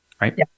right